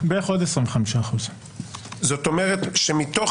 בערך עוד 25%. זאת אומרת שמתוך